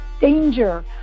danger